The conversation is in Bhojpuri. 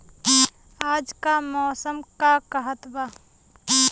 आज क मौसम का कहत बा?